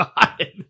god